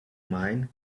mine